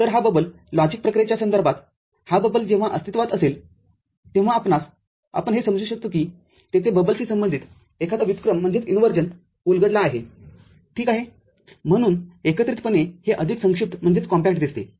तर हा bubble logic प्रक्रियेच्या संदर्भात हा बबल जेव्हा अस्तित्वात असेल तेव्हा आपणास आपण हे समजू शकतो कितेथे बबलशी संबंधित एखादा व्युत्क्रम उलगडला आहेठीक आहे म्हणून एकत्रितपणे हे अधिक संक्षिप्तदिसते